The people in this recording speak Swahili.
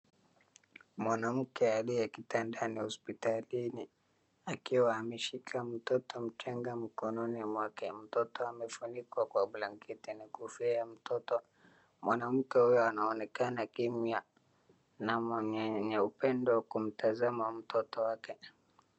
Mwanamke aliye kitandani hospitalini akiwa ameshika mtoto mchanga mkononi mwake. Mtoto amefunikwa kwa blanketi na kofia ya mtoto. Mwanamke huyu anaonekana kimya na mwenye upendo kumtazama mtoto wake.